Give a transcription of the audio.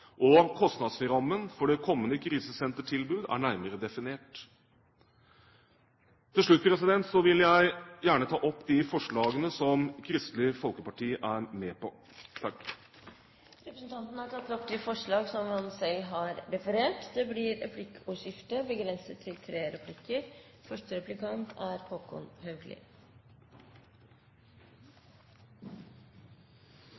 og kostnadsrammen for det kommende krisesentertilbud er nærmere definert. Til slutt vil jeg gjerne ta opp forslaget som Kristelig Folkeparti er alene om. Representanten Geir Jørgen Bekkevold har tatt opp det forslaget han refererte til. Det blir replikkordskifte.